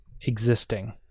existing